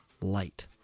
light